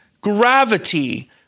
Gravity